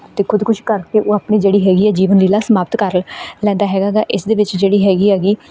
ਅਤੇ ਖ਼ੁਦਕੁਸ਼ੀ ਕਰਕੇ ਉਹ ਆਪਣੀ ਜਿਹੜੀ ਹੈਗੀ ਹੈ ਜੀਵਨ ਲੀਲਾ ਸਮਾਪਤ ਕਰ ਲੈਂਦਾ ਹੈਗਾ ਗਾ ਇਸਦੇ ਵਿੱਚ ਜਿਹੜੀ ਹੈਗੀ ਹੈਗੀ